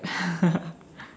ya